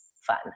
fun